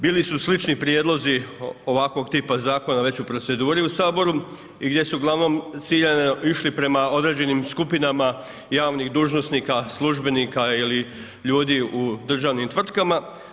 Bili su slični prijedlozi ovakvog tipa zakona već u proceduri u Saboru i gdje su uglavnom ciljano išli prema određenim skupinama javnih dužnosnika, službenika ili ljudi u državni tvrtkama.